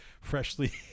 freshly